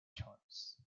charts